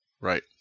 Right